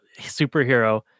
superhero